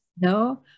No